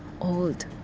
old